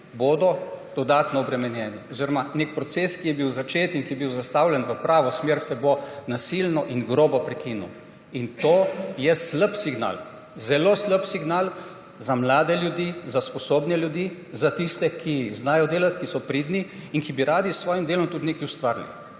bodo dodatno obremenjeni. Oziroma nek proces, ki je bil začet in ki je bil zastavljen v pravo smer, se bo nasilno in grobo prekinil. To je slab signal, zelo slab signal za mlade ljudi, za sposobne ljudi, za tiste, ki znajo delati, ki so pridni in ki bi radi s svojim delom tudi nekaj ustvarili.